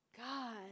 God